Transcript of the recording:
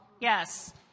Yes